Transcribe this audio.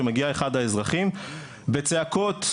שמגיע אחד האזרחים בצעקות,